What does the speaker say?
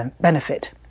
benefit